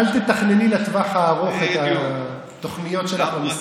אמרתי לה: אל תתכנני לטווח הארוך את התוכניות שלך במשרד.